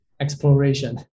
exploration